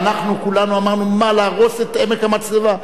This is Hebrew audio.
ואנחנו כולנו אמרנו: מה, להרוס את עמק המצלבה?